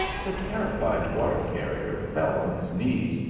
the terrified water-carrier fell on his knees,